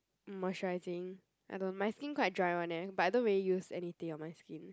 moisturizing I don't my skin quite dry [one] eh but I don't really use anything on my skin